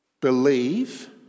Believe